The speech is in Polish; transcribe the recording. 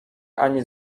anii